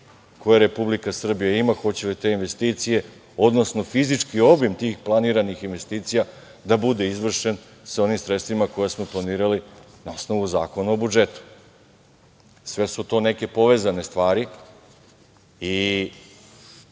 koje Republike Srbija ima, hoće li te investicije, odnosno fizički obim tih planiranih investicija da bude izvršen sa onim sredstvima koja smo planirali na osnovu Zakona o budžetu. Sve su to neke povezane stvari. Ne